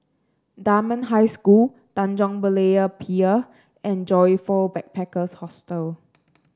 Dunman High School Tanjong Berlayer Pier and Joyfor Backpackers Hostel